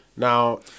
Now